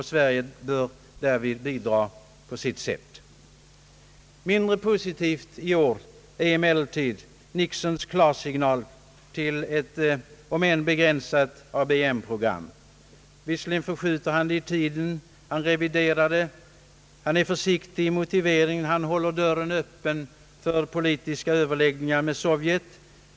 Sverige bör därvid bidra på sitt sätt. Mindre positivt i år är emellertid att Nixon gett klarsignal för ett om än begränsat ABM-program. Visserligen förskjuter han det i tiden. Han är försiktig i motiveringen och håller dörren öppen för politiska överläggningar med Sovjet.